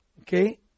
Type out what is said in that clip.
Okay